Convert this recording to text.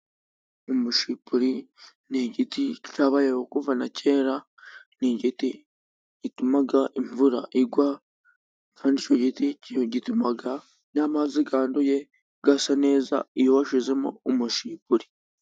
Umushipuli ni igiti cyabayeho kuva na kera, ni igiti gituma imvura igwa, kandi icyo giti gituma n'amazi yanduye asa neza iyo washyizemo umushipuri.